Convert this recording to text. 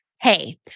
Hey